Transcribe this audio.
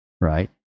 right